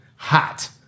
hot